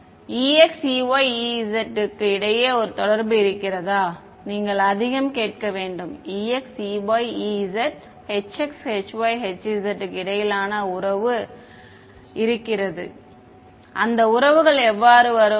மாணவர் இங்கே ஒன்று ex ey ez க்கு இடையே ஒரு தொடர்பு இருக்கிறதா நீங்கள் அதிகம் கேட்க வேண்டும் ex ey ez hx hy hz க்கு இடையிலான உறவு பதில் ஆம் அந்த உறவுகள் எவ்வாறு வரும்